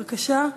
בבקשה.